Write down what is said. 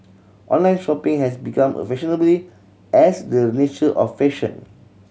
online shopping has become a fashionably as the nature of fashion